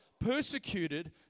persecuted